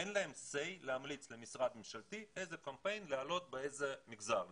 אין להם סיי להמליץ למשרד ממשלתי איזה קמפיין להעלות באיזה מגזר.